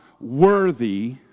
worthy